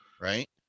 right